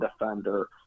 defender